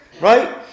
right